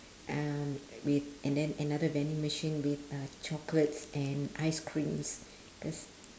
um with and then another vending machine with uh chocolates and ice creams